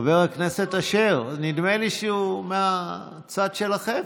חבר הכנסת אשר, נדמה לי שהוא מהצד שלכם.